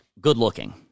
good-looking